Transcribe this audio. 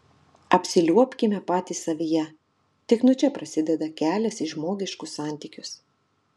apsiliuobkime patys savyje tik nuo čia prasideda kelias į žmogiškus santykius